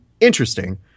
interesting